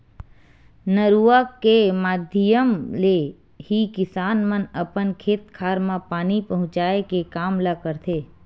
नरूवा के माधियम ले ही किसान मन अपन खेत खार म पानी पहुँचाय के काम ल करथे